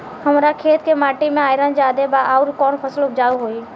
हमरा खेत के माटी मे आयरन जादे बा आउर कौन फसल उपजाऊ होइ?